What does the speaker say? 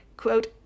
Quote